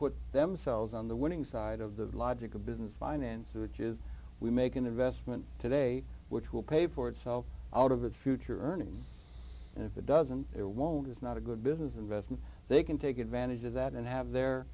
put themselves on the winning side of the logic of business finance which is we make an investment today which will pay for itself out of its future earnings and if it doesn't it won't it's not a good business investment they can take advantage of that and have their